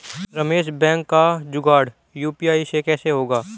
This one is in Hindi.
रमेश बैंक का जुड़ाव यू.पी.आई से कैसे होगा?